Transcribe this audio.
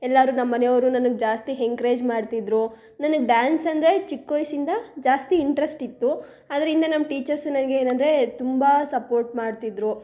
ಎಲ್ಲರೂ ನಮ್ಮ ಮನೆಯವರು ನನಗೆ ಜಾಸ್ತಿ ಹೆಂಕ್ರೇಜ್ ಮಾಡ್ತಿದ್ದರು ನನಗೆ ಡ್ಯಾನ್ಸ್ ಅಂದರೆ ಚಿಕ್ಕ ವಯಸ್ಸಿಂದ ಜಾಸ್ತಿ ಇಂಟ್ರೆಸ್ಟ್ ಇತ್ತು ಅದರಿಂದ ನಮ್ಮ ಟೀಚರ್ಸು ನನಗೆ ಏನಂದ್ರೆ ತುಂಬ ಸಪೋರ್ಟ್ ಮಾಡ್ತಿದ್ದರು